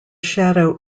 shadow